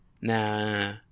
nah